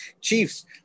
Chiefs